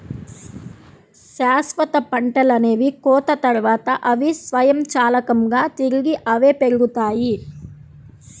శాశ్వత పంటలనేవి కోత తర్వాత, అవి స్వయంచాలకంగా తిరిగి అవే పెరుగుతాయి